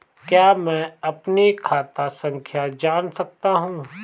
क्या मैं अपनी खाता संख्या जान सकता हूँ?